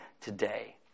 today